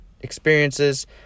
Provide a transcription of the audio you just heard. experiences